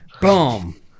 boom